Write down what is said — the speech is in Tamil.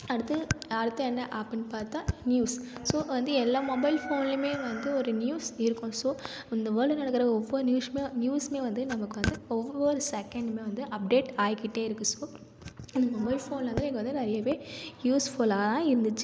அடுத்து அடுத்து என்ன ஆப்புன்னு பார்த்தா நியூஸ் ஸோ வந்து எல்லா மொபைல் ஃபோன்லையுமே வந்து ஒரு நியூஸ் இருக்கும் ஸோ இந்த வேல்டில் நடக்கிற ஒவ்வொரு நியூஷும் நியூஸும் வந்து நமக்கு வந்து ஒவ்வொரு செகண்ட்டும் வந்து அப்டேட் ஆகிகிட்டே இருக்கு ஸோ இந்த மொபைல் ஃபோன் வந்து எனக்கு வந்து நிறையவே யூஸ் ஃபுல்லாக தான் இருந்துச்சு